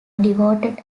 devoted